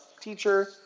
teacher